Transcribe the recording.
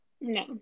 No